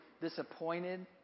disappointed